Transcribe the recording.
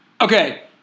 Okay